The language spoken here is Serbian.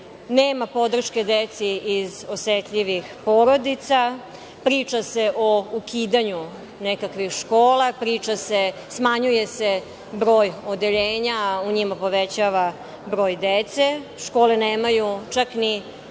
Nema podrške deci iz osetljivih porodica. Priča se o ukidanju nekakvih škola. Smanjuje se broj odeljenja, a u njima povećava broj dece. Škole nemaju, čak ni vc, ni